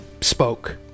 spoke